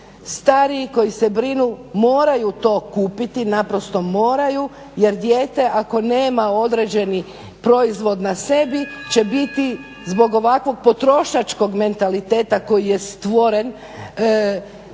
stariji koji se brinu moraju to kupiti naprosto moraju jer dijete ako nema određeni proizvod na sebi će biti zbog ovakvog potrošačkog mentaliteta koji je stvoren